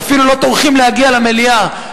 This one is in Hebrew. שאפילו לא טורחים להגיע למליאה,